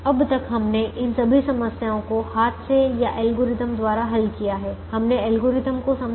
अब तक हमने इन सभी समस्याओं को हाथ से या एल्गोरिदम द्वारा हल किया है हमने एल्गोरिदम को समझा